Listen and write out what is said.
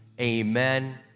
amen